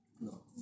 No